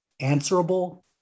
answerable